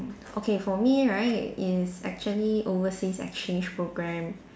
okay for me right it is actually overseas exchange program